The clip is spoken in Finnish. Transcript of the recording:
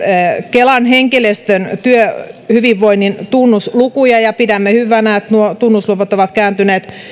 kelan henkilöstön työhyvinvoinnin tunnuslukuja ja pidämme hyvänä että nuo tunnusluvut ovat kääntyneet